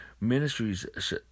ministries